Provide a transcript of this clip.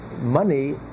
Money